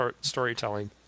storytelling